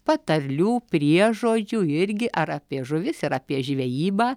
patarlių priežodžių irgi ar apie žuvis ir apie žvejybą